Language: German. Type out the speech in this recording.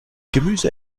gemüse